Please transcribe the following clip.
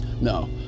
No